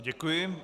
Děkuji.